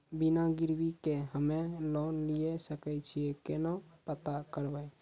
बिना गिरवी के हम्मय लोन लिये सके छियै केना पता करबै?